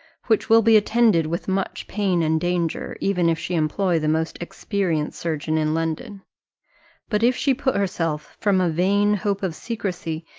which will be attended with much pain and danger, even if she employ the most experienced surgeon in london but if she put herself, from a vain hope of secrecy,